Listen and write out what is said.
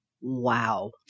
Wow